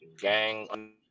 Gang